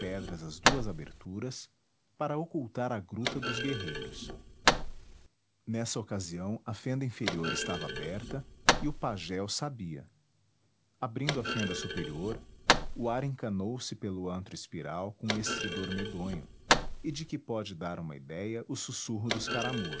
pedras as duas aberturas para ocultar a gruta dos guerreiros nessa ocasião a fenda inferior estava aberta e o pajé o sabia abrindo a fenda superior o ar encanou se pelo antro espiral com estridor medonho e de que pode dar uma idéia o sussurro dos caramujos